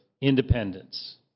independence